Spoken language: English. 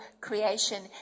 creation